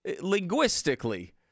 linguistically